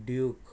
duke